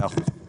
מאה אחוז.